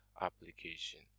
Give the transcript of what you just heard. application